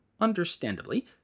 understandably